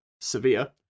Sevilla